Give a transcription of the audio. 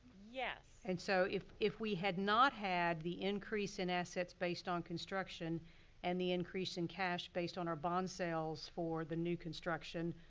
yes! and so if if we had not had the increase in assets based on construction and the increase in cash based on our bond sales for the new construction,